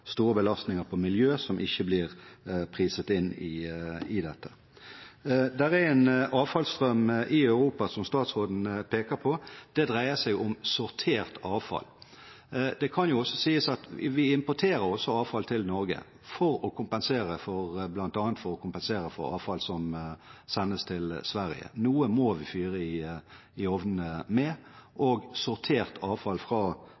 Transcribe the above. store belastninger på miljøet, som ikke blir priset inn i dette. Det er en avfallsstrøm i Europa, som statsråden peker på. Det dreier seg om sortert avfall. Det kan jo også sies at vi importerer avfall også til Norge, bl.a. for å kompensere for avfall som sendes til Sverige. Noe må vi fyre i ovnene med, og sortert avfall fra